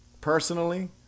personally